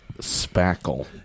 spackle